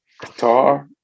Qatar